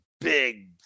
big